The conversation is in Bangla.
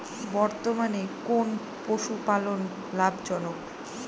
বর্তমানে কোন পশুপালন লাভজনক?